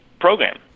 program